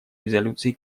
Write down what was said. резолюции